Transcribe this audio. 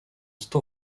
sto